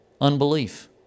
unbelief